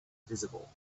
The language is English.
visible